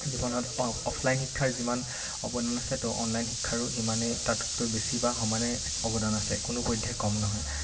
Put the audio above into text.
জীৱনত অ অফলাইন শিক্ষাৰ যিমান অৱদান আছে ত' অনলাইন শিক্ষাৰো সিমানেই তাতকৈ বেছি বা সমানেই অৱদান আছে কোনো পধ্য়েই কম নহয়